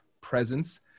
presence